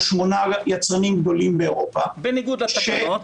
מדובר במשהו כמו שמונה יצרנים גדולים באירופה -- בניגוד לתקנות.